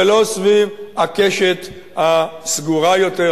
ולא סביב הקשת הסגורה יותר,